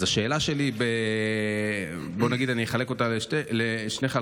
אז אני אחלק את השאלה שלי לשני חלקים: